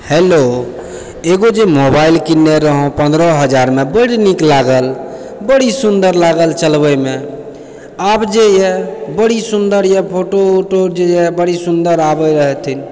hello एगो जे mobile किनने रहौं पन्द्रह हजारमे बड्ड नीक लागल बड़ी सुन्दर लागल चलबैमे आब जे यऽ बड़ी सुन्दर यऽ फोटो उटो जे यऽ बड़ी सुन्दर आबैत यऽ